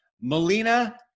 Melina